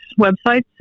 websites